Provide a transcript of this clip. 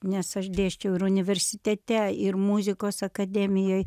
nes aš dėsčiau ir universitete ir muzikos akademijoj